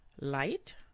Light